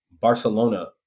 Barcelona